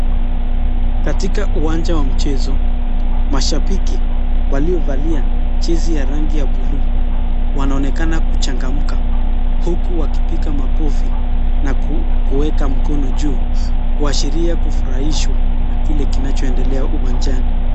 Katika uwanja wa michezo, mashambiki waliovalia jezi ya rangi ya buluu wanaonekana kuchangamka uku wakipiga makofi na kuweka mkono juu kuashiria kufurahishwa na kile kinachoendelea uwanjani.